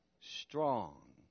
strong